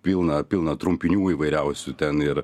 pilna pilna trumpinių įvairiausių ten ir